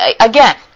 again